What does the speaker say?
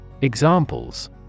Examples